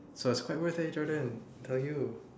so it's quite worth eh Jordan I'm telling you